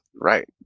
right